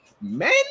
man